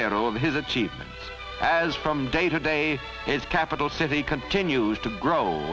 at all his a cheap as from day to day is capital city continues to grow